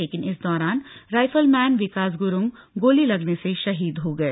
लेकिन इस दौरान राइफलमैन विकास गुरुंग गोली लगने से शहीद हो गए